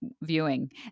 viewing